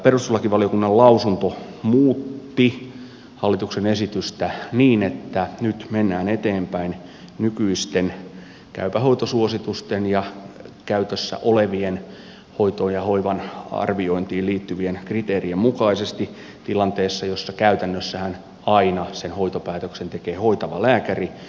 perustuslakivaliokunnan lausunto muutti hallituksen esitystä niin että nyt mennään eteenpäin nykyisten käypä hoito suositusten ja käytössä olevien hoitoon ja hoivan arviointiin liittyvien kriteerien mukaisesti tilanteessa jossa käytännössähän aina sen hoitopäätöksen tekee hoitava lääkäri